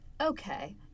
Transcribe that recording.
okay